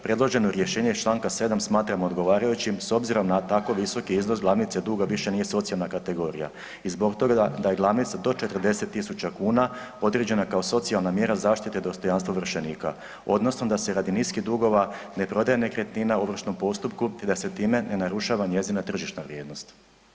Predloženo rješenje iz čl. 7. smatramo odgovarajućim s obzirom na tako visoki iznos glavnice duga više nije socijalna kategorija i zbog toga da je glavnica do 40.000 kuna određena kao socijalna mjera zaštite dostojanstva ovršenika odnosno da se radi niskih dugova ne prodaje nekretnina u ovršnome postupku te da se time ne narušava njezina tržišna vrijednost.